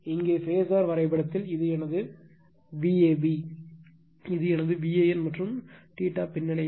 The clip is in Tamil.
இங்கே ஃபாசர் வரைபடத்தில் இது எனது Vab இது எனது VAN மற்றும்பின்னடைவு